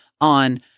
on